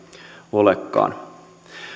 olekaan